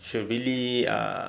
should really ah